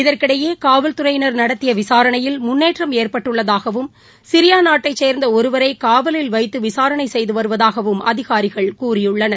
இதற்கிடையே காவல்துறையினர் நடத்திய விசாரணையில் முன்னேற்றம் ஏற்பட்டுள்ளதாகவும் சிரியா நாட்டைச் சேர்ந்த ஒருவரை காவலில் வைத்து விசாரணை செய்து வருவதாகவும் அதிகாரிகள் கூறியுள்ளனர்